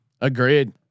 Agreed